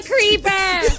Creeper